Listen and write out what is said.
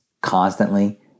constantly